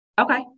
Okay